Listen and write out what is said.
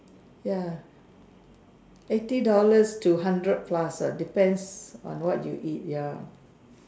ya eighty dollars to hundred plus ah depends on what you eat ya